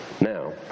Now